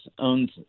owns